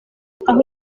aho